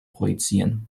projizieren